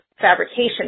fabrication